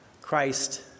Christ